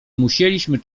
musieliśmy